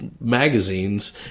magazines